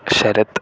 Sarath